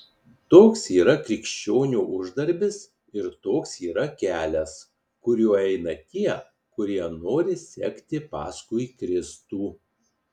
toks yra krikščionio uždarbis ir toks yra kelias kuriuo eina tie kurie nori sekti paskui kristų